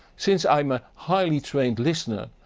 since i am a highly trained listener,